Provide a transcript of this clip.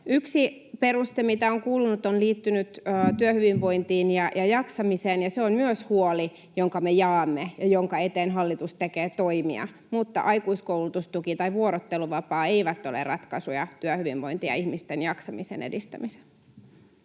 Yksi peruste, mitä on kuulunut, on liittynyt työhyvinvointiin ja jaksamiseen, ja se on myös huoli, jonka me jaamme ja jonka eteen hallitus tekee toimia, mutta aikuiskoulutustuki tai vuorotteluvapaa eivät ole ratkaisuja työhyvinvoinnin ja ihmisten jaksamisen edistämiseen.